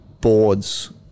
boards